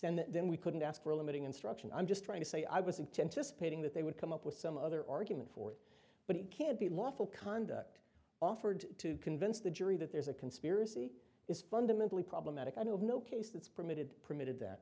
and then we couldn't ask for a limiting instruction i'm just trying to say i was intent to spitting that they would come up with some other argument for it but it can't be lawful conduct offered to convince the jury that there's a conspiracy is fundamentally problematic i know of no case that's permitted permitted that